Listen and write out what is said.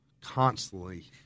constantly